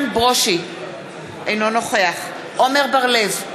אינו נוכח עמר בר-לב,